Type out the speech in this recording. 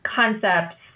concepts